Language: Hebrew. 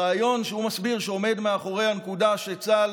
הוא הסביר שהרעיון העומד מאחורי הנקודה שצה"ל